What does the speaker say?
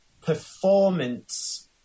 performance